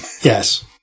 Yes